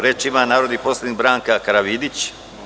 Reč ima narodni poslanik Branka Karavidić.